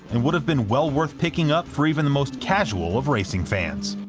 and would have been well-worth picking up for even the most casual of racing fans.